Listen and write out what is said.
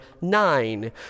nine